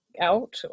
out